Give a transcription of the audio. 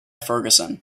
fergusson